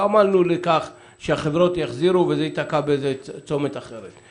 לא עמלנו לכך שהחברות יחזירו וזה ייתקע בצומת אחר.